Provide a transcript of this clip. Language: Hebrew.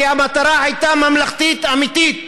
כי המטרה הייתה ממלכתית אמיתית.